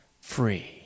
free